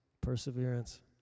perseverance